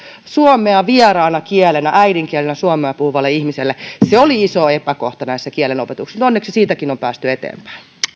suomea vieraana kielenä äidinkielenä suomea puhuvalle ihmiselle se oli iso epäkohta kielten opetuksessa mutta onneksi siitäkin on päästy eteenpäin